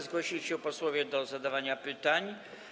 Zgłosili się posłowie do zadawania pytań.